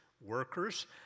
workers